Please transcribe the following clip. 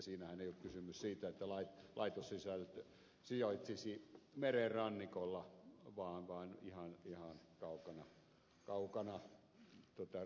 siinähän ei ole kysymys siitä että laitos sijaitsisi meren rannikolla vaan ihan kaukana meren rantaviivasta